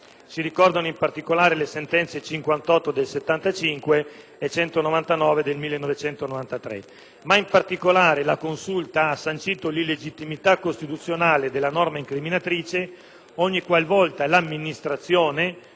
(si ricordano, in particolare, le sentenze n. 58 del 1975 e n. 199 del 1993). In particolare, la Consulta ha sancito l'illegittimità costituzionale della norma incriminatrice ogni qualvolta l'amministrazione